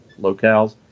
locales